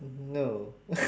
no